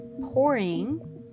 pouring